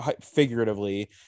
figuratively